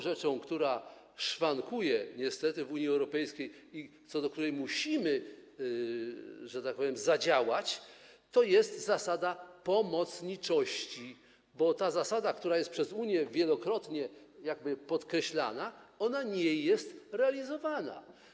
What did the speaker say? Rzeczą, która szwankuje niestety w Unii Europejskiej i co do której musimy, że tak powiem, zadziałać, jest zasada pomocniczości, bo ta zasada, która jest przez Unię wielokrotnie podkreślana, nie jest realizowana.